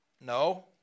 No